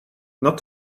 not